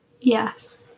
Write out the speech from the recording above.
yes